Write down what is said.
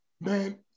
Man